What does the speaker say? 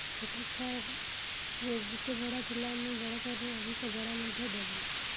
ଛୋଟ କାର୍ରେ ଯେତେ ଭଡ଼ା ଥିଲା ଆମେ ବଡ଼ କାର୍ରେ ଅଧିକ ଭଡ଼ା ମଧ୍ୟ ଦେବୁ